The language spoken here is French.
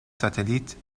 satellites